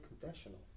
confessional